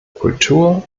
kultur